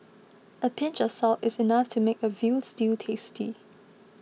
a pinch of salt is enough to make a Veal Stew tasty